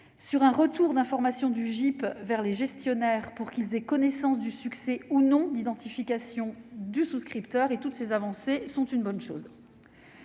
sur un retour d'informations du GIP vers les gestionnaires, pour qu'ils aient connaissance du succès ou non de l'identification du souscripteur. Toutes ces avancées sont bienvenues.